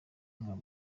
nka